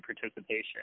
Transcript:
participation